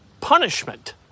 punishment